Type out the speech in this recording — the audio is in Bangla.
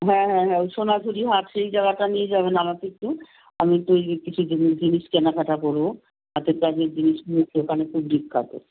হ্যাঁ হ্যাঁ হ্যাঁ ওই সোনাঝুরি হাট সেই জায়গাটা নিয়ে যাবেন আমাকে একটু আমি একটু ওই কিছু জিনিস কেনাকাটা করব হাতের কাজের জিনিস টিনিস এখানে খুব বিখ্যাত